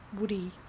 woody